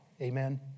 Amen